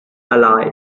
alive